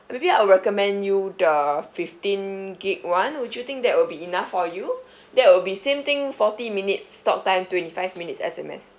maybe I'll recommend you the fifteen gig one would you think that will be enough for you that will be same thing forty minutes talk time twenty five minutes S_M_S